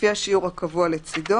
לפי השיעור הקבוע לצדו,